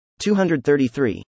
233